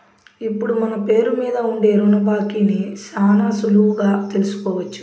ఇప్పుడు మన పేరు మీద ఉండే రుణ బాకీని శానా సులువుగా తెలుసుకోవచ్చు